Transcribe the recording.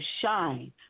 shine